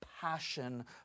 passion